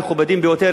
המכובדים ביותר,